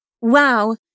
Wow